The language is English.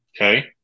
Okay